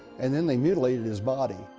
and then they mutilated his body.